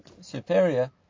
superior